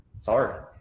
Sorry